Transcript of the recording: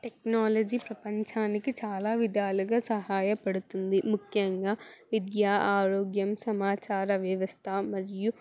technology ప్రపంచానికి చాలా విధాలుగా సహాయపడుతుంది ముఖ్యంగా విద్య ఆరోగ్యం సమాచార వ్యవస్థ మరియు